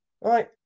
Right